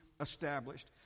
established